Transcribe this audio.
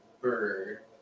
bird